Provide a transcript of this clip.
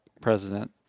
president